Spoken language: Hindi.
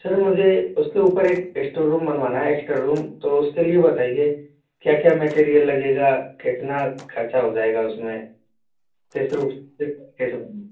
सर मुझे उसके ऊपर एक इस्टोर रूम बनवाना है एक्स्ट्रा रूम तो उसके लिए बताइए क्या क्या मैटेरियल लगेगा कितना ख़र्च हो जाएगा उस में किस रूप कैसे